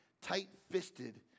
tight-fisted